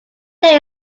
there